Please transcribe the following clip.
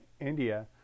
India